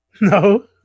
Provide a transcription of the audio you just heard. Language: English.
No